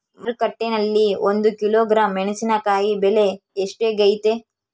ಮಾರುಕಟ್ಟೆನಲ್ಲಿ ಒಂದು ಕಿಲೋಗ್ರಾಂ ಮೆಣಸಿನಕಾಯಿ ಬೆಲೆ ಎಷ್ಟಾಗೈತೆ?